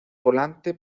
volante